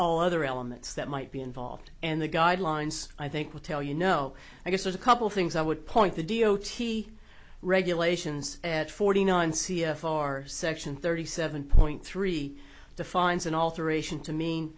all other elements that might be involved and the guidelines i think would tell you no i guess there's a couple things i would point the d o t regulations at forty nine c f r section thirty seven point three defines an alteration to me